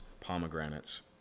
pomegranates